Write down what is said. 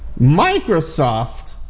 Microsoft